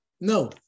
No